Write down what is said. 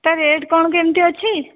ତା ରେଟ୍ କ'ଣ କେମିତି ଅଛି